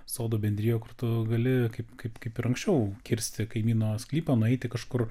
sodų bendrijų kur tu gali kaip kaip kaip ir anksčiau kirsti kaimyno sklypą nueiti kažkur